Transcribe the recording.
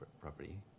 property